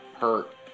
hurt